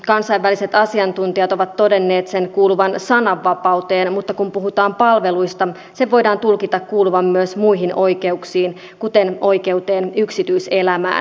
kansainväliset asiantuntijat ovat todenneet sen kuuluvan sananvapauteen mutta kun puhutaan palveluista sen voidaan tulkita kuuluvan myös muihin oikeuksiin kuten oikeuteen yksityiselämään